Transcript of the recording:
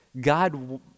God